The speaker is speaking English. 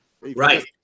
Right